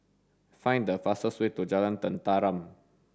find the fastest way to Jalan Tenteram